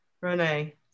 Renee